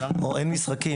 אז זה משהו אחר.